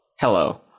Hello